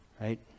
Right